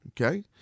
okay